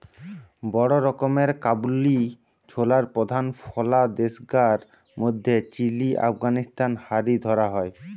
বড় রকমের কাবুলি ছোলার প্রধান ফলা দেশগার মধ্যে চিলি, আফগানিস্তান হারি ধরা হয়